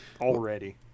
already